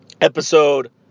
episode